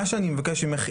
מה שאני מבקש ממך,